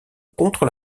contre